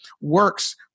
works